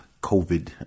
COVID